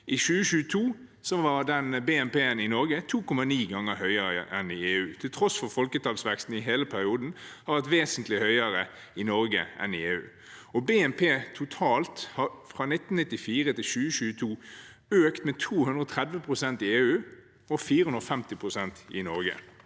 2022 var BNP-en i Norge 2,9 ganger høyere enn i EU, til tross for at folketallsveksten i hele perioden har vært vesentlig høyere i Norge enn i EU. BNP totalt har fra 1994 til 2022 økt med 230 pst. i EU og 450 pst. i Norge.